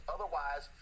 Otherwise